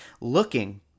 looking